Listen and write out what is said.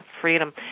freedom